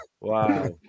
wow